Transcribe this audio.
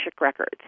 Records